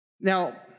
Now